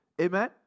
Amen